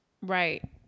Right